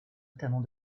notamment